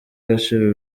agaciro